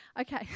Okay